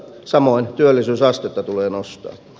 samoin työllisyysastetta tulee nostaa